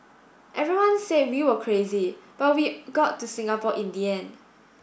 everyone said we were crazy but we got to Singapore in the end